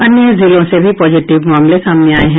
अन्य जिलों से भी पॉजिटिव मामले आये हैं